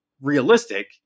realistic